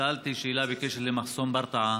שאלתי שאלה בקשר למחסום ברטעה,